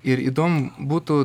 ir įdomu būtų